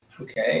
Okay